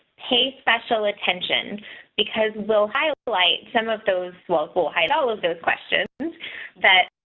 pay special attention because we'll highlight some of those wealth will hide all of those questions that